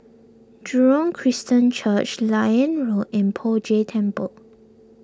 Jurong Christian Church Liane Road and Poh Jay Temple